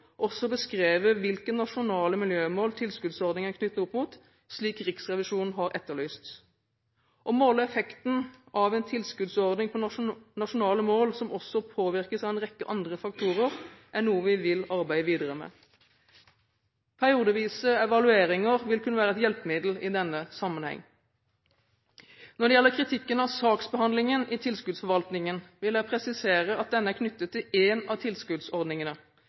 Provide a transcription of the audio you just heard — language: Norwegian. også beskrevet hvilke nasjonale miljømål tilskuddsordningene er knyttet opp mot, slik Riksrevisjonen har etterlyst. Å måle effekten av en tilskuddsordning på nasjonale mål som også påvirkes av en rekke andre faktorer, er noe vi vil arbeide videre med. Periodevise evalueringer vil kunne være et hjelpemiddel i denne sammenheng. Når det gjelder kritikken av saksbehandlingen i tilskuddsforvaltningen, vil jeg presisere at denne er knyttet til én av tilskuddsordningene